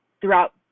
throughout